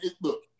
look